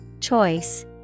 Choice